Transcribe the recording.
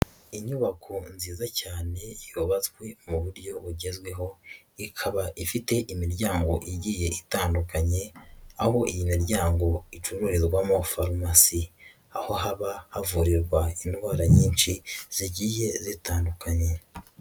Inyubako nziza cyane yubatswe mu buryo bugezweho ikaba ifite imiryango igiye itandukanye aho iyi miryango icururizwamo farumasi, aho haba havurirwa indwara nyinshi zagiye zitandukanye.